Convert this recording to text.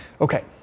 Okay